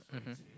mmhmm